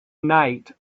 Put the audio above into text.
night